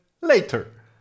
later